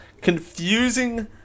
confusing